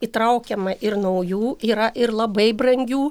įtraukiama ir naujų yra ir labai brangių